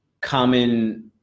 common